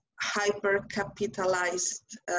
hyper-capitalized